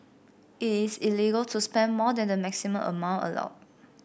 it is illegal to spend more than the maximum amount allowed